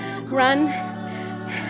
run